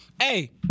Hey